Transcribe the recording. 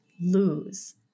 lose